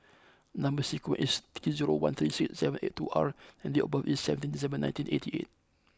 number sequence is T zero one three six seven eight two R and date of birth is seventeenth December nineteen eighty eight